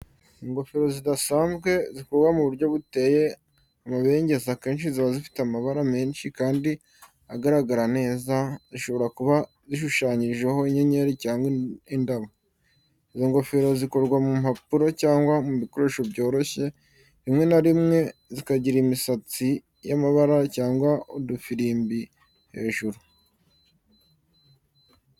Ingofero zidasanzwe, zikorwa mu buryo buteye amabengeza, akenshi ziba zifite amabara menshi kandi agaragara neza, zishobora kuba zishushanyijeho inyenyeri cyangwa indabo. Izo ngofero zikorwa mu mpapuro cyangwa mu bikoresho byoroshye, rimwe na rimwe zikagira imisatsi y'amabara cyangwa udufirimbi hejuru.